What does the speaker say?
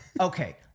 okay